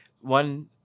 One